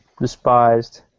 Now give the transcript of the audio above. despised